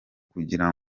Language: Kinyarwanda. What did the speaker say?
kugira